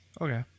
Okay